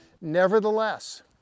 Nevertheless